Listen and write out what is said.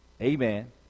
Amen